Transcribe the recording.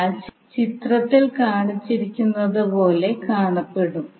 കപ്പാസിറ്ററിന് ഇത് ലഭിക്കും